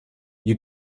you